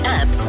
app